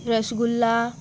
rasgulla